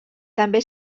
també